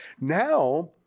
Now